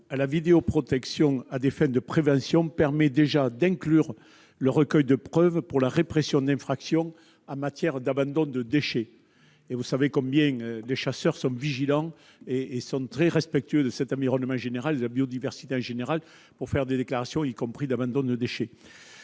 la vidéoprotection à des fins de prévention permet déjà d'inclure le recueil de preuves pour la répression d'infractions en matière d'abandon de déchets. Vous savez combien les chasseurs sont vigilants et respectueux de l'environnement et de la biodiversité en général, notamment quand il s'agit de déclarer des abandons de déchets.